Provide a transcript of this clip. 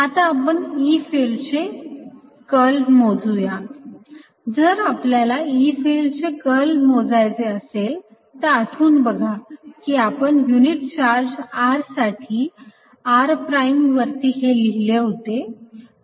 आता आपण E फिल्डचे कर्ल मोजुया जर आपल्याला E फिल्डचे कर्ल मोजायचे असेल तर आठवून बघा की आपण युनिट चार्ज r साठी r प्राइम वरती हे लिहिले होते